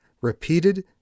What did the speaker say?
repeated